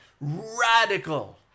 radical